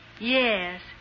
Yes